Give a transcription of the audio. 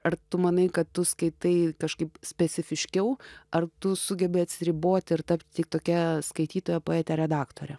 ar tu manai kad tu skaitai kažkaip specifiškiau ar tu sugebi atsiriboti ir tapt tik tokia skaitytoja poete redaktore